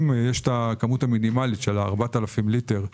יש הכמות המינימלית של 4,000 ליטר,